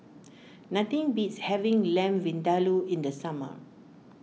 nothing beats having Lamb Vindaloo in the summer